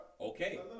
Okay